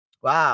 Wow